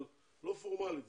אבל לא פורמלית,